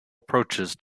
approaches